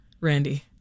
Randy